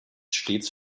stets